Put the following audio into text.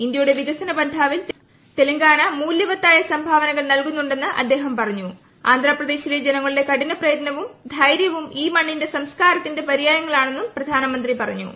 ഇന്ത്യയുടെ വികസനപന്ഥാവിൽ തെലങ്കാന മൂലൃവത്തായ സംഭാവനകുൾ ന്ൽകുന്നുണ്ടെന്ന് അദ്ദേഹം പറഞ്ഞു ആന്ധ്രാപ്രദേശിലെ ജനിങ്ങളുടെ കഠിനപ്രയത്നവും ധൈരൃവും ഈ മണ്ണിന്റെ സംസ്ക്കാരത്തീന്റെ പര്യായങ്ങളാണെന്നും പ്രധാനമന്ത്രി പറഞ്ഞു